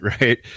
Right